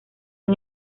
han